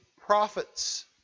prophets